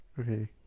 okay